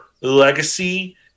Legacy